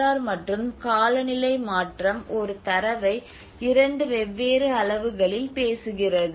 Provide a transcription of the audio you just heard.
R மற்றும் காலநிலை மாற்றம் ஒரு தரவை 2 வெவ்வேறு அளவுகளில் பேசுகிறது